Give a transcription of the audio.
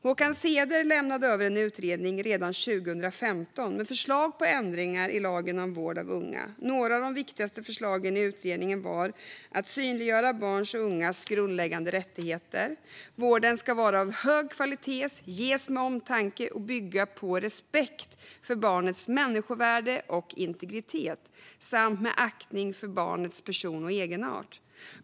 Håkan Ceder lämnade över en utredning redan 2015 med förslag på ändringar i lagen om vård av unga. Några av de viktigaste förslagen i utredningen var att synliggöra barns och ungas grundläggande rättigheter. Vården ska vara av hög kvalitet, ges med omtanke och bygga på respekt för barnets människovärde och integritet samt med aktning för barnets person och egenart.